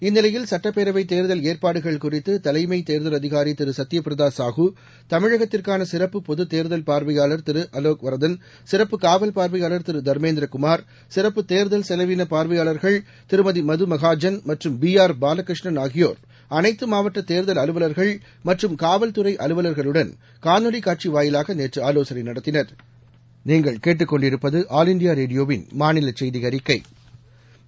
இந்நிலையில் சட்டப்பேரவைதேர்தல் ஏற்பாடுகள் குறித்துதலைமைதேர்தல் அதிகாரிதிருசத்தியப்பிரதாசாஹு தமிழகத்திற்கானசிறப்பு பொதுதேர்தல் பாாவையாளர் திருஅலோக் வரதன் சிறப்பு காவல் பாா்வையாளர் திருதர்மேந்திரகுமார் சிறப்பு தேர்தல் செலவினபார்வையாளர்கள் திருமதி மது மகாஜன் மற்றும் பிஆர் பாலகிருஷ்ணன் ஆகியோா் அனைத்தமாவட்டதேர்தல் அலுவல்கள் மற்றும் காவல்துறைஅலுவல்களுடன் காணொலிகாட்சிவாயிலாகநேற்றுஆலோசனைநடத்தினா்